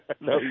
No